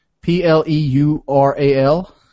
P-L-E-U-R-A-L